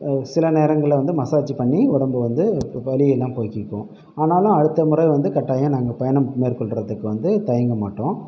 சில நேரங்களில் வந்து மசாஜ் பண்ணி உடம்பை வந்து வலி எல்லாம் போக்கிக்குவோம் ஆனாலும் அடுத்த முறை வந்து கட்டாயம் நாங்கள் பயணம் மேற்கொள்கிறதுக்கு வந்து தயங்க மாட்டோம்